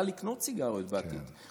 לקנות סיגריות בעתיד.